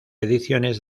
ediciones